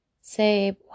say